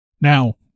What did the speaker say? Now